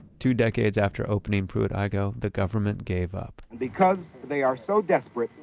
two decades after opening pruitt-igoe, the government gave up because they are so desperate,